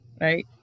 Right